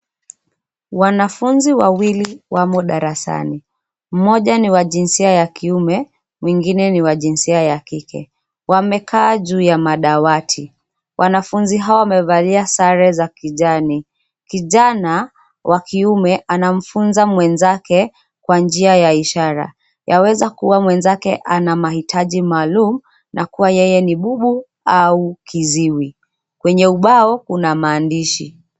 Wanafunzi wawili wamo darasani mmoja na wa jinsia ya kiume mwengine ni wa jinsia ya kike. Wamekaa juu ya madawati. Wanafunzi hao wamevalia sare za kijani. Kijana wa kiume anafunza mwenzake kwa njia ya ishara yaweza kuwa mwenzake ana mahitaji maalum na kuwa yeye ni bubu au kiziwi. Kwenye ubao kuna maandishi.